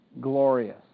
glorious